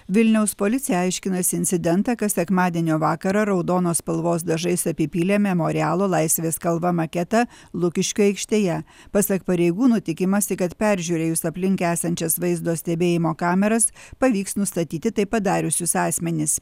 vilniaus policija aiškinasi incidentą kas sekmadienio vakarą raudonos spalvos dažais apipylė memorialo laisvės kalva maketą lukiškių aikštėje pasak pareigūnų tikimasi kad peržiūrėjus aplink esančias vaizdo stebėjimo kameras pavyks nustatyti tai padariusius asmenis